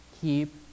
keep